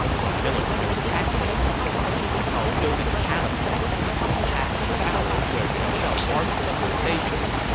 from military tactics like cao cao building catapults to attack the towers where yuan shao's archers were stationed,